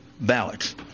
ballots